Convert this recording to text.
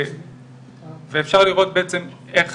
ואפשר לראות בעצם איך